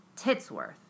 Titsworth